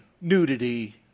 nudity